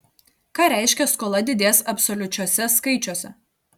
ką reiškia skola didės absoliučiuose skaičiuose